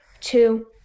two